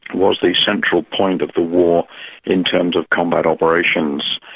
was the central point of the war in terms of combat operations,